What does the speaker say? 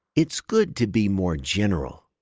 it's good to be more general.